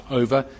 over